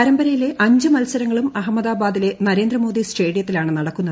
പരമ്പരയിലെ അഞ്ച് മത്സരങ്ങളും അഹമ്മദാബാദിലെ നരേന്ദ്രമോദി സ്റ്റേഡിയത്തിലാണ് നടക്കുന്നത്